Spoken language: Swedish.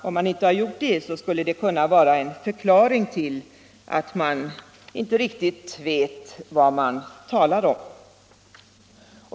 Om man inte gjort det skulle det kunna vara en förklaring till att man inte riktigt vet vad man talar om.